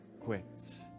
quits